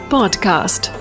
Podcast